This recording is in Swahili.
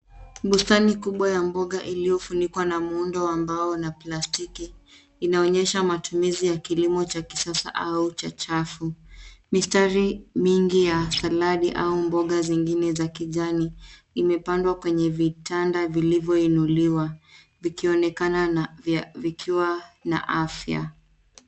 Bustani kubwa ya mboga iliyofunikwa na muundo wa mbao na plastiki inaonyesha matumizi ya kilimo cha kisasa au cha chafu. Mistari mingi ya saladi au mboga zingine za kijani imepandwa kwenye vitanda vilivyoinuliwa vikionekana vikiwa na afya.